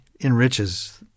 enriches